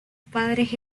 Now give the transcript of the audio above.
padres